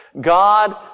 God